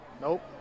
Nope